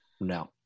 No